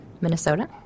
Minnesota